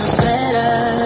better